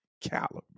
caliber